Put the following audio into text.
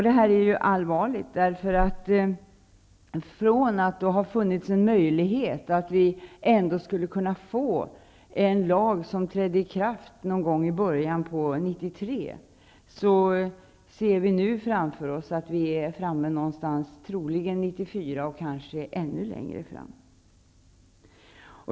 Detta är allvarligt, därför att från det att det har funnits en möjlighet att vi ändå skulle kunna få en lag som trädde i kraft i början på 1993 ser vi nu framför oss att ikraftträdandet troligen kan ske först 1994 och kanske ännu senare.